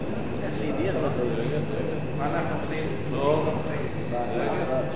המתכונת הזאת, המחלה הזאת,